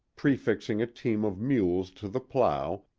prefixing a team of mules to the plow,